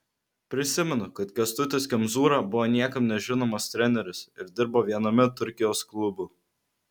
prisimenu kad kęstutis kemzūra buvo niekam nežinomas treneris ir dirbo viename turkijos klubų